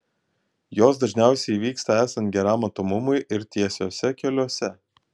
jos dažniausiai įvyksta esant geram matomumui ir tiesiuose keliuose